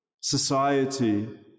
society